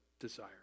desire